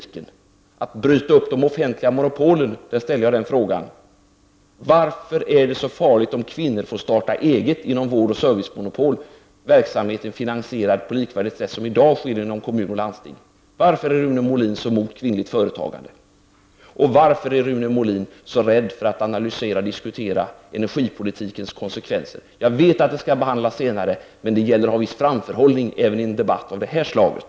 När det gäller att bryta upp det offentliga monopolet undrar jag varför det skulle vara så farligt om kvinnor får starta eget inom vårdoch servicemonopolet. Verksamheten finansieras på ett sätt som är likvärdigt det som i dag sker inom kommun och landsting. Varför är Rune Molin så emot kvinnligt företagande? Varför är Rune Molin så rädd för att analysera och diskutera energipolitikens konsekvenser? Jag vet att detta skall behandlas senare, men det gäller att ha viss framförhållning även i en debatt av det här slaget.